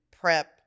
prep